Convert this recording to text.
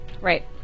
Right